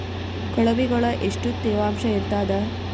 ಕೊಳವಿಗೊಳ ಎಷ್ಟು ತೇವಾಂಶ ಇರ್ತಾದ?